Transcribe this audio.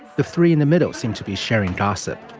the three in the middle seem to be sharing gossip.